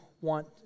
want